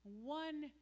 one